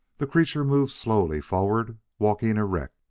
the creature moved slowly forward, walking erect,